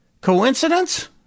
Coincidence